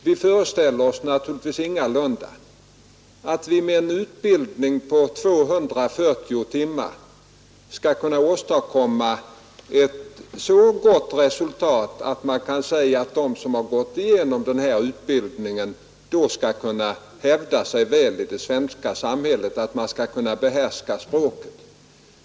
Vi föreställer oss naturligtvis ingalunda att vi med en utbildning på 240 timmar skall kunna åstadkomma ett så gott resultat att man kan säga att de som har gått igenom utbildningen skall kunna hävda sig väl i det svenska samhället, att de skall behärska språket.